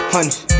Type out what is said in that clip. Honey